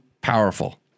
powerful